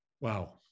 Wow